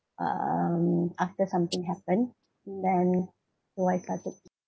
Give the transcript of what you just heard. um after something happened then like I took